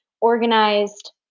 organized